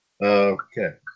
Okay